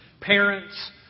parents